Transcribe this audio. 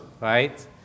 right